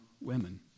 women